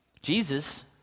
Jesus